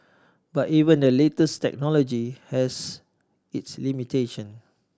but even the latest technology has its limitation